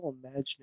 imagining